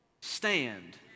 stand